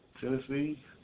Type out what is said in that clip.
Tennessee